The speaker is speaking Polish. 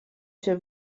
się